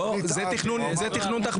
לא, זה תכנון תחבורתי.